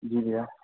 जी भैया